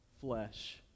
flesh